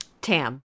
Tam